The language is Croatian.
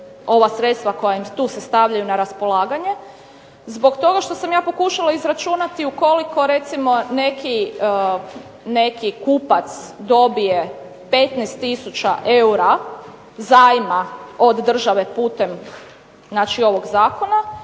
ova sredstva koja im tu se stavljaju na raspolaganje, zbog toga što sam ja pokušala izračunati ukoliko recimo neki kupac dobije 15 tisuća eura zajma od države putem znači ovog zakona